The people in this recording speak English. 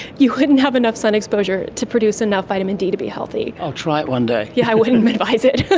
you wouldn't have enough sun exposure to produce enough vitamin d to be healthy. i'll try it one day. yeah, i wouldn't advise it!